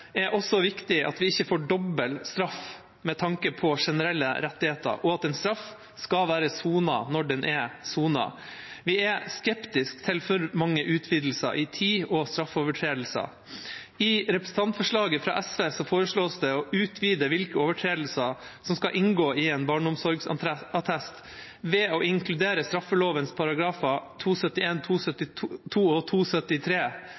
Det er også viktig at vi ikke får doble straffer med tanke på generelle rettigheter, og at en straff skal være sonet når den er sonet. Vi er skeptiske til for mange utvidelser i tid og straffeovertredelse. I representantforslaget fra SV foreslås det å utvide hvilke overtredelser som skal inngå i en barneomsorgsattest, ved å inkludere